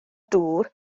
dŵr